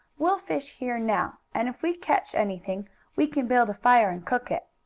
we'll fish here now, and if we catch anything we can build a fire and cook it.